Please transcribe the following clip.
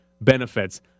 benefits